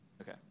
Okay